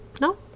No